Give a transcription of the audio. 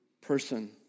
person